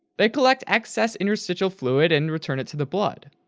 they collect excess interstitial fluid and return it to the blood.